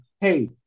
hey